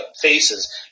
faces